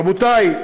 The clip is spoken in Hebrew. רבותי,